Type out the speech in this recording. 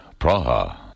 Praha